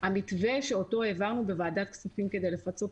המתווה שאותו העברנו בוועדת הכספים כדי לפצות,